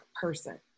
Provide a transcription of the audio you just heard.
person